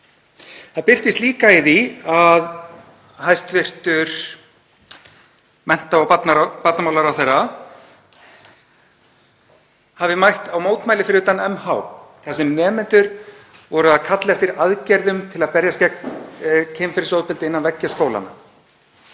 Það birtist líka í því að hæstv. mennta- og barnamálaráðherra hafi mætt á mótmæli fyrir utan MH þar sem nemendur voru að kalla eftir aðgerðum til að berjast gegn kynferðisofbeldi innan veggja skólanna.